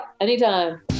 anytime